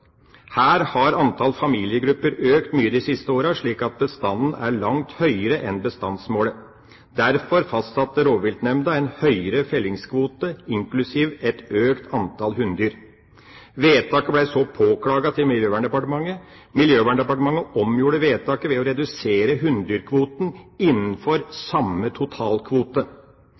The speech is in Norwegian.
Her har antall familiegrupper økt mye de siste åra, slik at bestanden er langt høyere enn bestandsmålet. Derfor fastsatte rovviltnemnda en høyere fellingskvote, inklusiv et økt antall hunndyr. Vedtaket ble så påklaget til Miljøverndepartementet. Miljøverndepartementet omgjorde vedtaket ved å redusere hunndyrkvoten innenfor samme totalkvote.